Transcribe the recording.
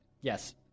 Yes